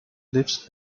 lives